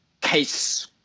case